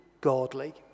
godly